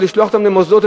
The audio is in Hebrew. לשלוח אותם למוסדות,